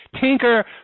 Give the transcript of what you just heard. Tinker